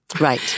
Right